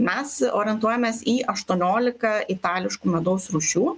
mes orientuojamės į aštuonioliką itališkų medaus rūšių